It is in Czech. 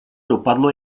dopadlo